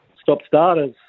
stop-starters